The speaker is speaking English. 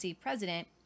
president